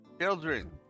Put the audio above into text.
Children